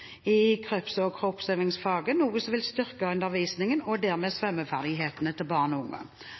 i kroppsøvingsfaget, noe som vil styrke undervisningen og dermed også svømmeferdighetene til barn og unge.